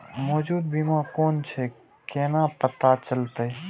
मौजूद बीमा कोन छे केना पता चलते?